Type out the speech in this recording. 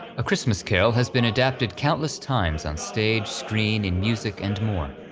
a christmas carol has been adapted countless times on stage, screen, in music, and more.